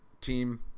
team